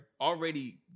already